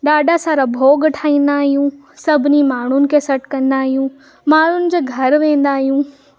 ॾाढा सारा भोॻ ठाहींदा आहियूं सभिनी माण्हुनि खे सॾु कंदा आहियूं माण्हुनि जे घर वेंदा आहियूं